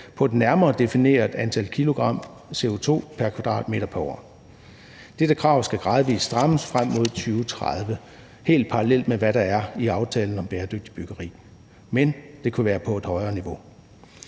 på et nærmere defineret antal kilogram CO2 pr. kvadratmeter pr. år. Dette krav skal gradvis strammes frem mod 2030 helt parallelt med, hvad der er i aftalen om bæredygtigt byggeri, men det kunne være på et højere niveau